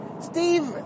Steve